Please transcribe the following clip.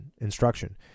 Instruction